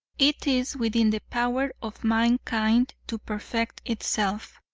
it is within the power of mankind to perfect itself,